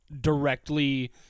directly